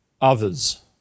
others